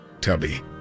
Tubby